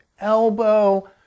elbow